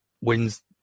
wins